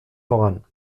voran